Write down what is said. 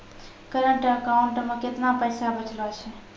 Current account मे केतना पैसा बचलो छै?